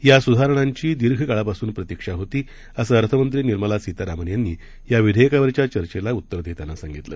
या सुधारणांची दीर्घ काळापासून प्रतीक्षा होती असं अर्थमंत्री निर्मला सीतारामन यांनी या विधेयकावरच्या चर्चेला उत्तर देताना सांगितलं